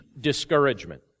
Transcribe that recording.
discouragement